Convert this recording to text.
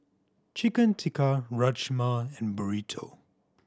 Chicken Tikka Rajma and Burrito